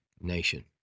nation